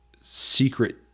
secret